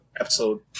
episode